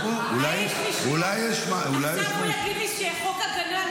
אולי יש משהו --- עכשיו הוא יגיד לי שחוק הגנה על